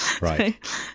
right